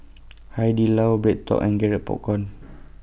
Hai Di Lao BreadTalk and Garrett Popcorn